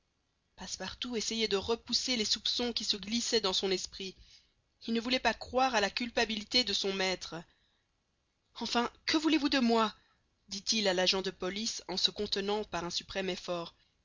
passepartout essayait de repousser les soupçons qui se glissaient dans son esprit il ne voulait pas croire à la culpabilité de son maître enfin que voulez-vous de moi dit-il à l'agent de police en se contenant par un suprême effort